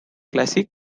classic